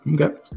Okay